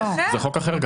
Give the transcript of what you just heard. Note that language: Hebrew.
זה חוק אחר.